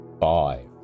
five